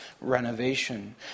renovation